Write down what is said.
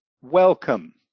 welcome